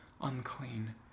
unclean